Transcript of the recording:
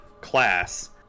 class